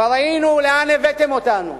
כבר ראינו לאן הבאתם אותנו.